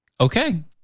okay